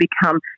become